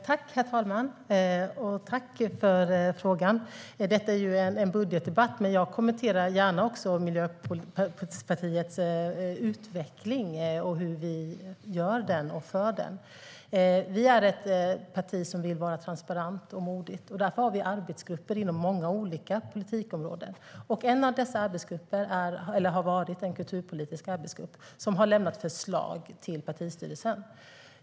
Herr talman! Tack för frågan, Aron Emilsson! Detta är ju en budgetdebatt, men jag kommenterar gärna Miljöpartiets utveckling och hur vi för den framåt. Vi är ett parti som vill vara transparent och modigt, och därför har vi arbetsgrupper inom många olika politikområden. En av dessa arbetsgrupper har varit en kulturpolitisk arbetsgrupp som har lämnat förslag till partistyrelsen.